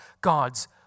God's